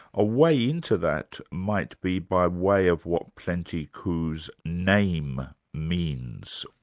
a way into that might be by way of what plenty coups name means.